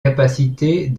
capacités